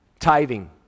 Tithing